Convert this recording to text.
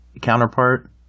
counterpart